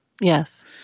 Yes